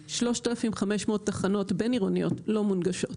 יש 3,500 תחנות בין-עירוניות לא מונגשות.